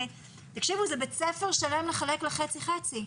תקשיבו, זה בית ספר שלם לחלק לחצי-חצי.